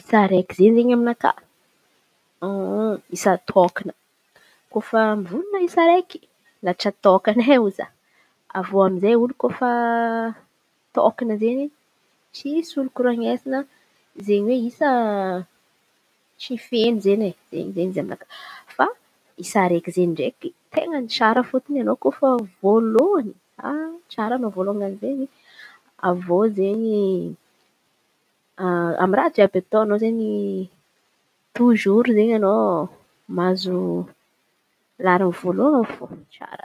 Isa raiky zey izen̈y aminakà isa tôkan̈a kôfa mivôlan̈a isa raiky latra tôkane ho za. Avy eo amizay ko olo kôfa tôkan̈a izen̈y tsisy olo koran̈esina izen̈y isa tsy feno izen̈y e. Fa isa raiky zey ndraiky ten̈a tsara fôtony anô kôfa voalohan̈y ha tsara anô voalôn̈y zey. Avy eo izen̈y amy raha jiàby atônô izen̈y tozoro izen̈y anô mahazo laharan̈a voalôny fô tsara.